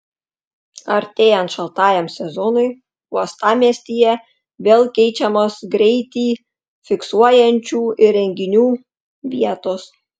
artėjant šaltajam sezonui uostamiestyje vėl keičiamos greitį fiksuojančių įrenginių vietos